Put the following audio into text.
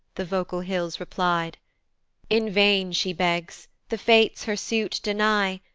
the vocal hills reply'd in vain she begs, the fates her suit deny,